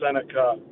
Seneca